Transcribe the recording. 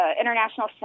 International